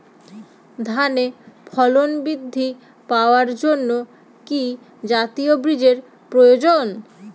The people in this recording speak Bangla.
ধানে ফলন বৃদ্ধি পাওয়ার জন্য কি জাতীয় বীজের প্রয়োজন?